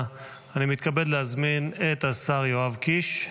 אני מתכבד להזמין את השר יואב קיש.